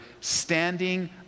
standing